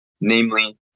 namely